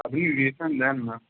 আপনি দেন না